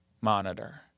monitor